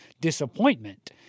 disappointment